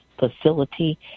facility